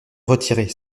retirer